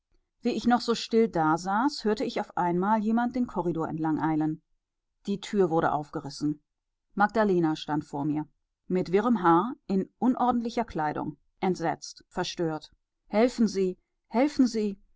wie ich noch so still dasaß hörte ich auf einmal jemand den korridor entlang eilen die tür wurde aufgerissen magdalena stand vor mir mit wirrem haar in unordentlicher kleidung entsetzt verstört helfen sie helfen sie